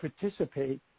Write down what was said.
participate